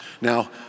Now